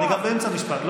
אני באמצע משפט.